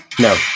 no